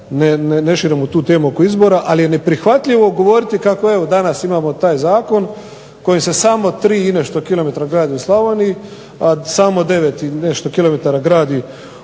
ne širim tu temu oko izbora. Ali je neprihvatljivo govoriti kako evo danas imamo taj zakon koji se samo 3 i nešto km gradi u Slavoniji, a samo 9 i nešto km gradi